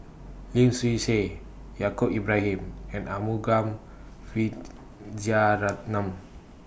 Lim Swee Say Yaacob Ibrahim and Arumugam Vijiaratnam